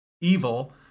evil